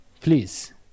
please